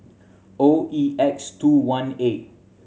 O E X two one eight